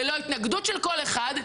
ללא התנגדות של קול אחד,